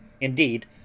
indeed